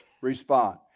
respond